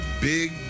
big